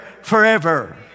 forever